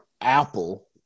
Apple